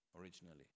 originally